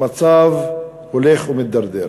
המצב הולך ומידרדר.